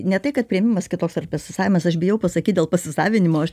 ne tai kad priėmimas kitoks ar pasisavinimas aš bijau pasakyt dėl pasisavinimo aš